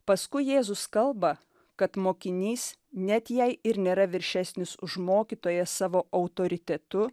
paskui jėzus kalba kad mokinys net jei ir nėra viršesnis už mokytoją savo autoritetu